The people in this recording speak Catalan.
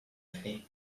fer